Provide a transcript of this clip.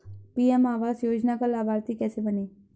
PM आवास योजना का लाभर्ती कैसे बनें?